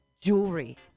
jewelry